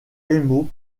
émaux